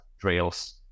drills